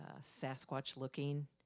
Sasquatch-looking